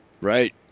Right